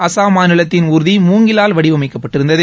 அசாம் மாநிலத்தின் ஊர்தி மூங்கிலால் வடிவமைக்கப் பட்டிருந்தது